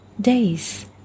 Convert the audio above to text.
days